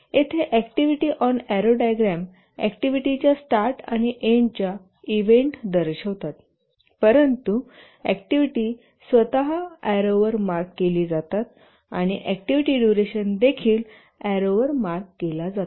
येथे activity on arrow diagram अॅक्टिव्हिटीच्या start आणि एन्डच्या इव्हेंट दर्शवितातपरंतु अॅक्टिव्हिटी स्वत एरोवर मार्क केली जातात आणि अॅक्टिव्हिटी डुरेशन देखील एरोवर मार्क केला जातो